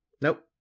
Nope